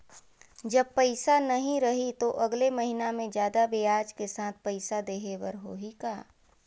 जब पइसा नहीं रही तो अगले महीना मे जादा ब्याज के साथ पइसा देहे बर होहि का?